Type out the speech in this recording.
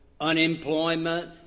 unemployment